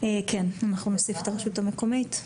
כן אנחנו נוסיף את הרשות המקומית.